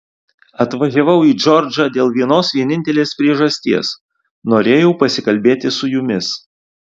atvažiavau į džordžą dėl vienos vienintelės priežasties norėjau pasikalbėti su jumis